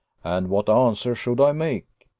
and what answer should i make?